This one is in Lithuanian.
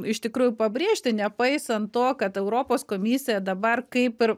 iš tikrųjų pabrėžti nepaisant to kad europos komisija dabar kaip ir